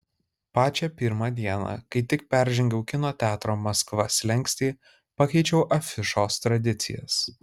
pačią pirmą dieną kai tik peržengiau kino teatro maskva slenkstį pakeičiau afišos tradicijas